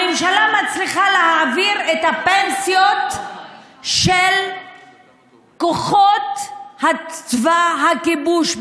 הממשלה מצליחה להעביר את הפנסיות של כוחות צבא הכיבוש,